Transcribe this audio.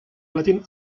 latin